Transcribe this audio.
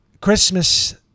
Christmas